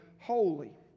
holy